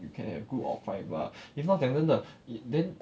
you can have group of five mah if not 讲真的 it then